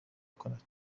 کند